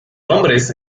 hombres